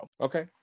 Okay